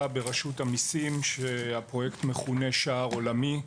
ברשות המיסים שהפרויקט מכונה "שער עולמי".